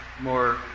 more